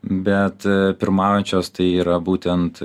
bet pirmaujančios tai yra būtent